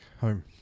home